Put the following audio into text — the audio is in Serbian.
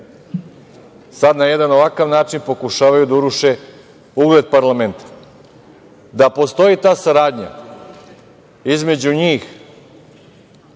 Sada na jedan ovakav način pokušavaju da uruše ugled parlamenta. Da postoji ta saradnja između njih